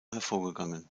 hervorgegangen